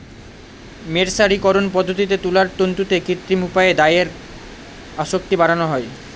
মের্সারিকরন পদ্ধতিতে তুলার তন্তুতে কৃত্রিম উপায়ে ডাইয়ের আসক্তি বাড়ানো হয়